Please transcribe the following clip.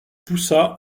poussa